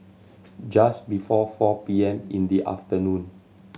just before four P M in the afternoon